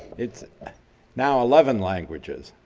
it's now eleven languages.